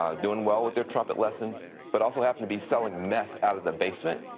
ah doing well with their trumpet lessons but also happen to be selling meth out of the basement,